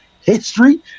history